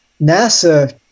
NASA